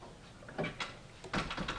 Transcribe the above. אגב,